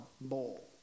bowl